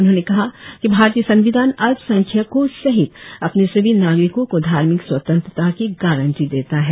उन्होंने कहा कि भारतीय संविधान अल्पसंख्यकों सहित अपने सभी नागरिकों को धार्मिक स्वतंत्रता की गारंटी देता है